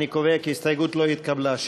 אני קובע כי ההסתייגות לא התקבלה.